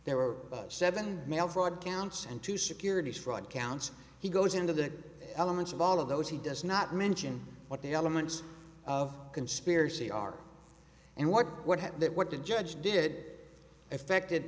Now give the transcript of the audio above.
there were seven mail fraud counts and to securities fraud counts he goes into the elements of all of those he does not mention what the elements of conspiracy are and what would happen that what the judge did affected